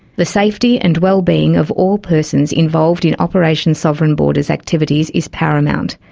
the safety and wellbeing of all persons involved in operation sovereign borders activities is paramount.